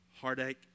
heartache